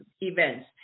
events